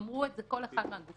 אמר את זה כל אחד מהגופים.